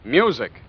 Music